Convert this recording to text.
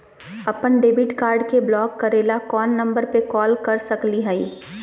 अपन debit card के block करे ला कौन नंबर पे कॉल कर सकली हई?